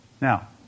Now